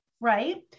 Right